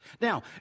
Now